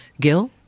Gil